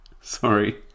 Sorry